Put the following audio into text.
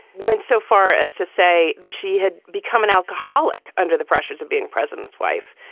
went so far as to say that she had become an alcoholic under the pressures of being president's wife.